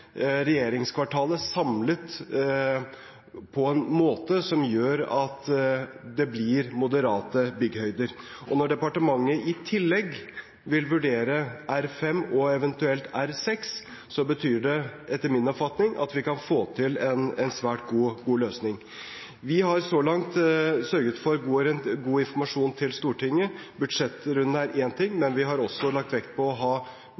regjeringskvartalet samlet på en måte som gjør at det blir moderate byggehøyder. Når departementet i tillegg vil vurdere R5 og eventuelt R6, betyr det – etter min oppfatning – at vi kan få til en svært god løsning. Vi har så langt sørget for god informasjon til Stortinget. Budsjettrunden er én ting, men vi har også lagt vekt på å ha